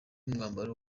mwambaro